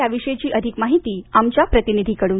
याविषयीची अधिक माहिती आमच्या प्रतिनिधीकडून